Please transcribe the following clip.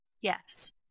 Yes